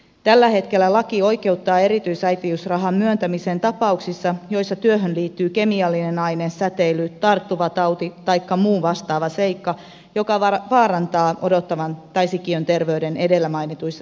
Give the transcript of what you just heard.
tällä hetkellä laki oikeuttaa erityisäitiysrahan myöntämisen tapauksissa joissa työhön liittyy kemiallinen aine säteily tarttuva tauti taikka muu vastaava seikka joka vaarantaa odottavan tai sikiön terveyden edellä mainituissa tilanteissa